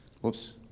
Whoops